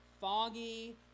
foggy